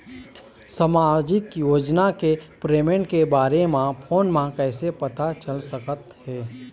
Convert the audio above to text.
सामाजिक योजना के पेमेंट के बारे म फ़ोन म कइसे पता चल सकत हे?